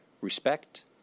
respect